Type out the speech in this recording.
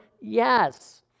Yes